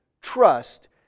trust